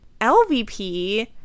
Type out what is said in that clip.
LVP